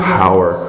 power